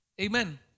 Amen